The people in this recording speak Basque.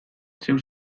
zeu